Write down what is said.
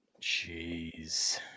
Jeez